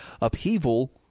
upheaval